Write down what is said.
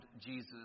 Jesus